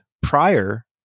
prior